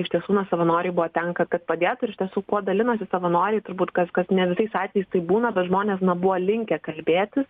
iš tiesų na savanoriai buvo tenka kad padėtų ir iš tiesų kuo dalinasi savanoriai turbūt kas kad ne visais atvejais tai būna bet žmonės na buvo linkę kalbėtis